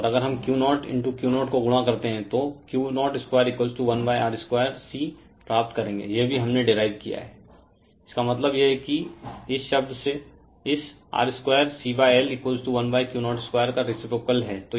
और अगर हम Q0Q0 को गुणा करते हैं तो Q021R 2 C प्राप्त करेंगे यह भी हमने डिराइव्ड किया है इसका मतलब है कि यह शब्द इस R 2 CL1Q02 का रेसिप्रोकाल है